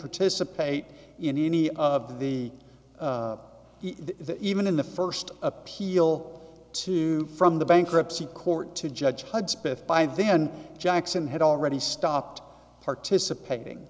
participate in any of the even in the first appeal to from the bankruptcy court to judge hudspeth by then jackson had already stopped participating